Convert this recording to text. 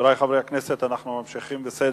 חברי חברי הכנסת, אנחנו ממשיכים בסדר-היום: